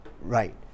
right